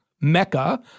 mecca